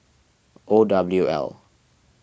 O W L